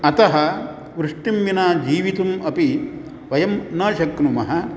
अतः वृष्टिं विना जीवितुम् अपि वयं व शक्नुमः